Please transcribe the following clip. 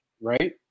Right